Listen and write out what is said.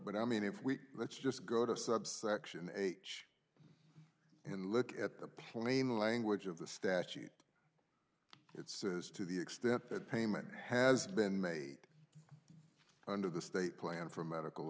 but i mean if we let's just go to subsection h and look at the plain language of the statute it says to the extent that payment has been made under the state plan for medical